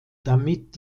damit